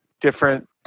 different